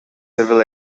civil